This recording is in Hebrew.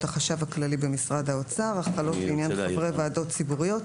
החשב הכללי במשרד האוצר החלות לעניין חברי ועדות ציבוריות